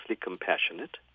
compassionate